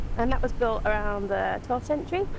and that was built around the twelfth century.